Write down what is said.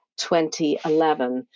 2011